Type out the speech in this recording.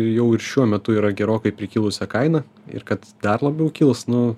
jau ir šiuo metu yra gerokai prikilusia kaina ir kad dar labiau kils nu